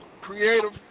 creative